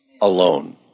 alone